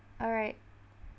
alright